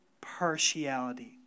partiality